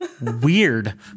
Weird